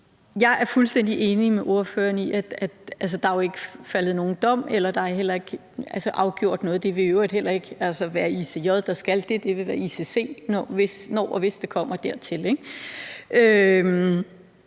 Jeg er fuldstændig enig med ordføreren i, at der jo ikke er faldet nogen dom, og at der heller ikke er afgjort noget. Det ville i øvrigt heller ikke være ICJ, der skal det; det ville være ICC, når og hvis det kommer dertil,